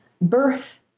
birth